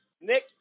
Nick